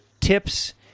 tips